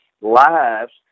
lives